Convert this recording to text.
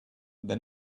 than